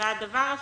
הדבר השני,